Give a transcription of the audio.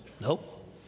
Nope